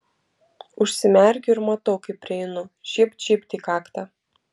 užsimerkiu ir matau kaip prieinu žybt žybt į kaktą